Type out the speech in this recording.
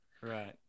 Right